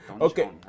Okay